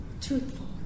Truthful